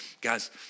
Guys